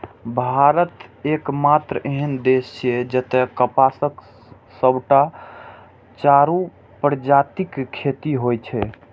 भारत एकमात्र एहन देश छियै, जतय कपासक सबटा चारू प्रजातिक खेती होइ छै